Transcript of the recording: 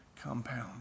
compound